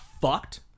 fucked